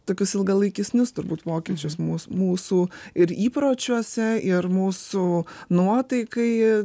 tokius ilgalaikesnius turbūt pokyčius mus mūsų ir įpročiuose ir mūsų nuotaikai